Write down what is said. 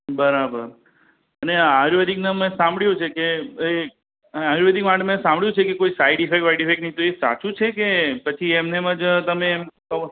બરાબર અને આ આયુર્વેદિકમાં મેં સાભળ્યું છે કે એ આયુર્વેદિક માટે મેં સાંભળ્યું છે કે કોઈ સાઇડ ઇફેક્ટ બાઇડ ઇફેક્ટ નહીં તો એ સાચું છે કે પછી એમ ને એમ જ તમે એમ કહો